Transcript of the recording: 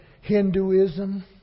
Hinduism